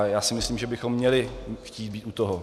Já si myslím, že bychom měli chtít být u toho.